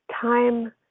time